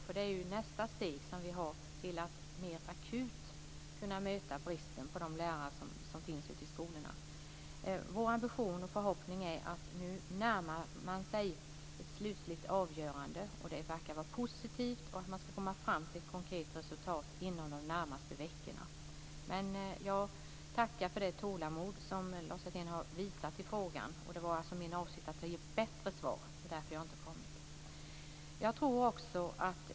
Det gäller ju nästa steg för att mer akut kunna möta den brist på lärare som finns ute på skolorna. Vår ambition och förhoppning är att man nu närmar sig ett slutligt avgörande, vilket verkar bli positivt, och att man skall komma fram till ett konkret resultat inom de närmaste veckorna. Jag tackar för det tålamod som Lars Hjertén har visat i frågan. Min avsikt var alltså att ge ett bättre svar och det är alltså därför som jag inte kommit tidigare med mitt svar.